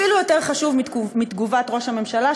אפילו יותר חשוב מתגובת ראש הממשלה,